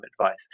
advice